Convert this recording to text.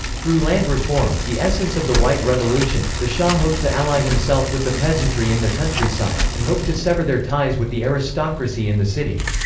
through land reform, the essence of the white revolution, the shah hoped to ally himself with the peasantry in the countryside, and hoped to sever their ties with the aristocracy in the city.